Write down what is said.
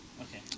Okay